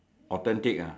authentic ah